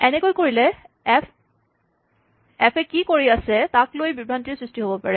এনেকৈ কৰিলে F A কি কৰি আছে তাক লৈ বিভ্ৰান্তিৰ সৃষ্টি হ'ব পাৰে